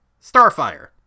Starfire